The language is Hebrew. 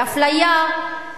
לאפליה.